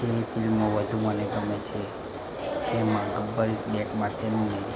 તેની ફિલ્મો વધુ મને ગમે છે જેમાં ગબ્બર ઈઝ બેકમાં તેમને